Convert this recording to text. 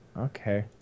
okay